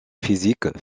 physique